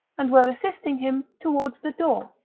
and were assisting him towards the door.